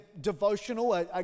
devotional